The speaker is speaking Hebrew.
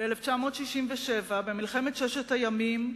ב-1967, במלחמת ששת הימים,